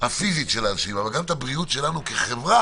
הפיזית של האנשים אבל גם את הבריאות שלנו כחברה,